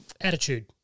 attitude